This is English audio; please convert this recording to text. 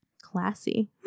Classy